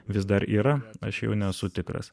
vis dar yra aš jau nesu tikras